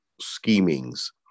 schemings